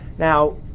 now